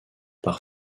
par